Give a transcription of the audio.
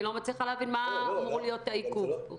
אני לא מצליחה להבין מה אמור להיות העיכוב פה.